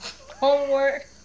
homework